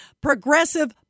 progressive